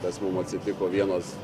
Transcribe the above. tas mum atsitiko vienos